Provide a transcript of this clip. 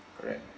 correct